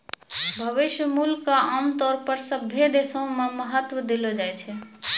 भविष्य मूल्य क आमतौर पर सभ्भे देशो म महत्व देलो जाय छै